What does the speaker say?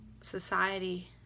society